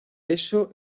eso